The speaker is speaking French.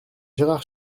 gérard